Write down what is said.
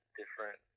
different